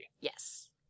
Yes